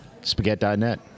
Spaghetti.net